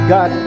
God